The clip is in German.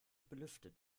belüftet